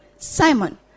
Simon